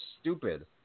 stupid